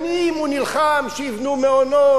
שנים הוא נלחם שיבנו מעונות,